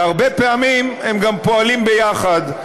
והרבה פעמים הם גם פועלים ביחד.